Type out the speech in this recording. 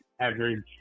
average